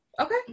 Okay